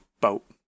boat